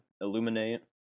Illuminate